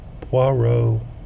Poirot